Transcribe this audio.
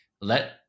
let